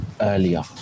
earlier